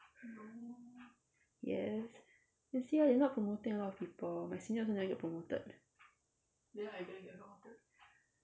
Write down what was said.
yes this year they not promoting a lot of people my senior also never get promoted